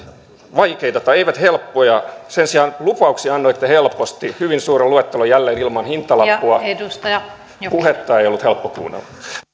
vaikeita tai eivät olleet helppoja sen sijaan lupauksia annoitte helposti hyvin suuren luettelon jälleen ilman hintalappua puhetta ei ollut helppo kuunnella